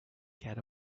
get